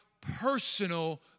personal